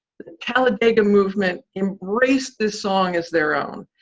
the talladega movement embraced this song as their own.